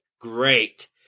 great